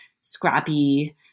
scrappy